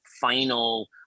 final